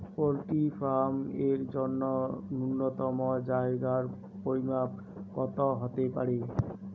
Poultry farm এর জন্য নূন্যতম জায়গার পরিমাপ কত হতে পারে?